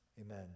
Amen